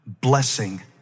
blessing